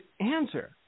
answer